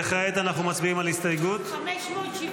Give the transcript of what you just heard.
וכעת אנחנו מצביעים על הסתייגות -- 570.